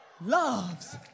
loves